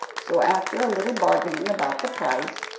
so after a little bargaining about the price,